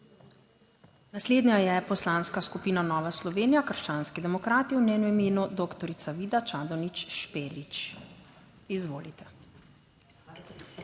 Naslednja je poslanska skupina Nova Slovenija - krščanski demokrati, v njenem imenu doktorica Vida Čadonič Špelič. Izvolite.